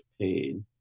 paid